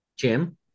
Jim